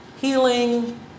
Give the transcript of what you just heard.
healing